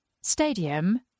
Stadium